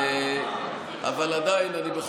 אני שמח להתנגד בתקיפות למה שאתה עושה.